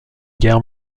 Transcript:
guerre